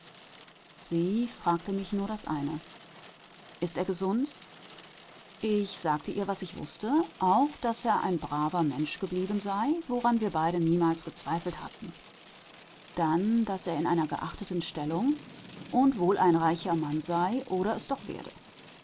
sie fragte mich nur das eine ist er gesund ich sagte ihr was ich wußte auch daß er ein braver mensch geblieben sei woran wir beide niemals gezweifelt hatten dann daß er in einer geachteten stellung und wohl ein reicher mann sei oder es doch werde